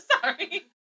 sorry